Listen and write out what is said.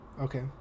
Okay